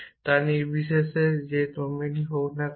তা নির্বিশেষে যে ডোমেন সত্যই হোক না কেন